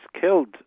killed